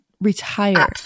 retire